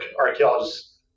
archaeologists